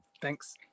Thanks